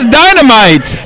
dynamite